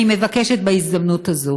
אני מבקשת בהזדמנות הזאת